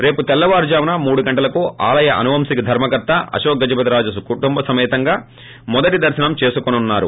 రేపు తెల్లవారుజామున మూడు గంటలకు ఆలయ అనువంశిక ధర్మ కర్త అశొక్ గజపతిరాజు కుటుంబసమేతంగా మొదటి దర్పనం చేసుకోనున్నారు